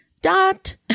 dot